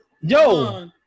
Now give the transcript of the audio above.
Yo